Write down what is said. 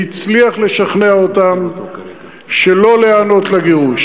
והצליח לשכנע אותם שלא להיענות לגירוש.